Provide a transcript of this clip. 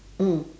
mm